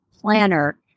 planner